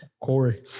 Corey